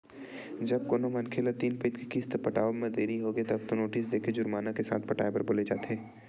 जब कोनो मनखे ल तीन पइत के किस्त पटावब म देरी होगे तब तो नोटिस देके जुरमाना के साथ पटाए बर बोले जाथे